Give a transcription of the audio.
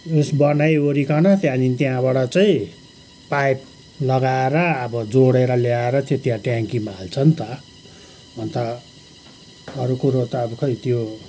उस बनावरिकन त्यहाँदेखि त्यहाँबाट चाहिँ पाइप लगाएर अब जोडेर ल्याएर त्यो त्यहाँ ट्याङकीमा हाल्छ नि त अन्त अरू कुरो त अब खै त्यो